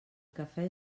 cafè